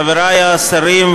חברי השרים,